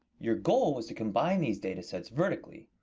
your goal was to combine these data sets vertically,